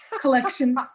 collection